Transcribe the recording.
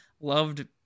loved